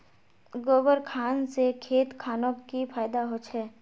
गोबर खान से खेत खानोक की फायदा होछै?